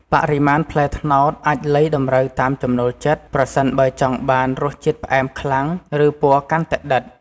បរិមាណផ្លែត្នោតអាចលៃតម្រូវតាមចំណូលចិត្ត ប្រសិនបើចង់បានរសជាតិផ្អែមខ្លាំង ឬពណ៌កាន់តែដិត។